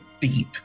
deep